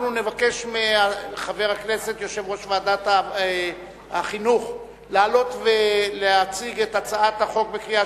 אנחנו נבקש מחבר הכנסת יושב-ראש ועדת החינוך לעלות ולהציג לקריאה